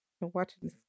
watching